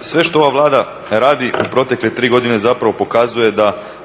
sve što ova Vlada radi u protekle tri godine zapravo pokazuje da,